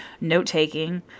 note-taking